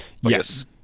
Yes